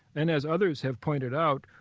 and as others have pointed out,